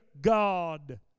God